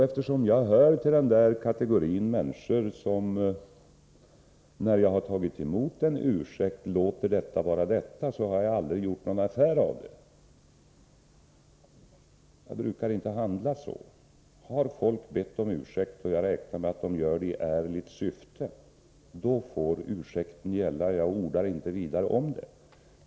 Eftersom jag hör till den kategori människor som när de tagit emot en ursäkt låter detta vara detta har jag aldrig gjort någon affär av det här. Jag brukar inte handla så. Har någon bett om ursäkt och jag räknar med att han gjort det i ärligt syfte får ursäkten gälla — jag ordar inte vidare om det.